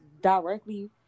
directly